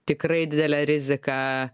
tikrai didelė rizika